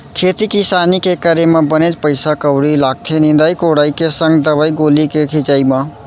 खेती किसानी के करे म बनेच पइसा कउड़ी लागथे निंदई कोड़ई के संग दवई गोली के छिंचाई म